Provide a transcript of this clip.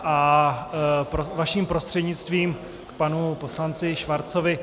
A vaším prostřednictvím k panu poslanci Schwarzovi.